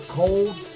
cold